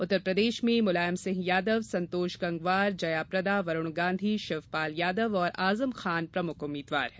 उत्तरप्रदेश में मुलायम सिंह यादव संतोष गंगवार जया प्रदा वरुण गांधी शिवपाल यादव और आज़म खान प्रमुख उम्मीदवार हैं